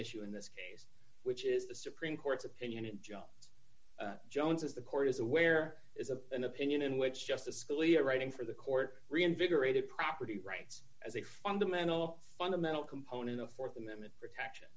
issue in this case which is the supreme court's opinion in john jones is the court is aware is of an opinion in which justice scalia writing for the court reinvigorated property rights as a fundamental fundamental component of th amendment protection